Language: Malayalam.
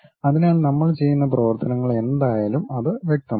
അതിനാൽ നമ്മൾ ചെയ്യുന്ന പ്രവർത്തനങ്ങൾ എന്തായാലും അത് വ്യക്തമാകും